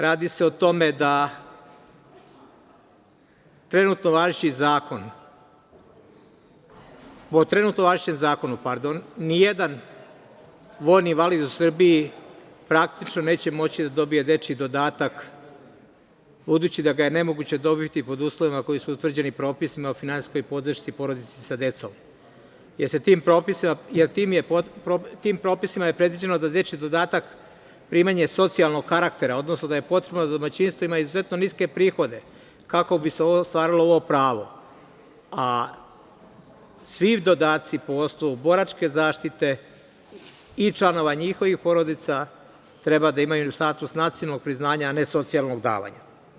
Radi se o tome, da po trenutno važećem zakonu, ni jedna vojni invalid u Srbiji praktično neće moći da dobije dečiji dodatak, buduće da ga je nemoguće dobiti, pod uslovima koji su utvrđeni propisima o finansijskoj podršci porodici sa decom, jer tim propisima je predviđeno da dečiji dodatak, primanje je socijalnog karaktera, odnosno da je potrebno da domaćinstva imaju izuzetno niske prihode, kako bi se ostvarilo ovo pravo, a svi dodaci po osnovu boračke zaštite, i članova njihovih porodica, treba da imaju status nacionalnog priznanja, a ne socijalnog davanja.